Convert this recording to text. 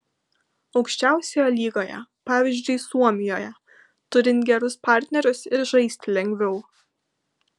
aukščiausioje lygoje pavyzdžiui suomijoje turint gerus partnerius ir žaisti lengviau